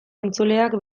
entzuleak